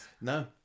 No